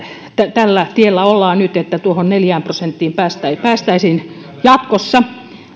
tällä tiellä ollaan nyt että tuohon neljään prosenttiin päästäisiin päästäisiin jatkossa